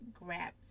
grabs